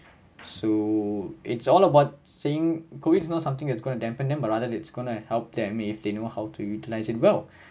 so it's all about saying going to know something that's going to dampen them but rather it's gonna help them if they know how to utilize it well